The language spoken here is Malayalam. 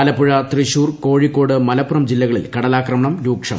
ആലപ്പുഴ തൃശൂർ കോഴിക്കോട് മലപ്പുറം ജില്ലകളിൽ കടലാക്രമണം രൂക്ഷമായി